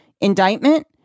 indictment